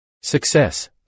Success